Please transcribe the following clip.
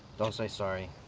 don't say sorry.